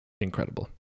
incredible